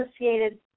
associated